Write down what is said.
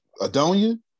Adonia